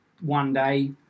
one-day